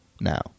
now